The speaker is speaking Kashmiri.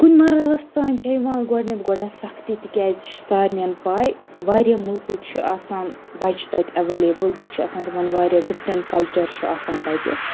کُنہِ مَرحَلَس تانۍ چھِ یِوان گۄڈنؠتھ گۄڈنؠتھ سَختی تِکِیٛازِ یہِ چھِ سارنٮ۪ن پاے واریاہ مٔلکٕکۍ چھِ آسان بَچہِ تَتہِ اؠویلیبٕل بیٚیہِ چھِ آسان تِمَن واریاہ ڈِفرَنٹ کَلچَر چھُ آسان تَتہِ